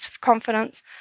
confidence